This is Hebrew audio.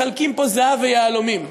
מחלקים פה זהב ויהלומים.